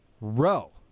row